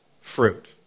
fruit